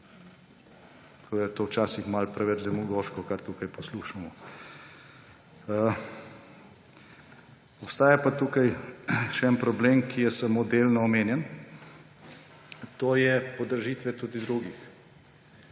To je včasih malo preveč demagoško, kar tukaj poslušamo. Obstaja pa tukaj še en problem, ki je samo delno omenjen. To je podražitev tudi drugih